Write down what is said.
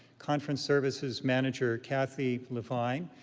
conference services manager cathi levine,